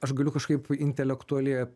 aš galiu kažkaip intelektualiai